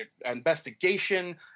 investigation